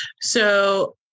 So-